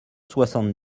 soixante